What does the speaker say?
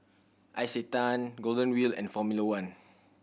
Isetan Golden Wheel and Formula One